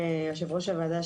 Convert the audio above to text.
יושב ראש הוועדה,